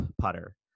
putter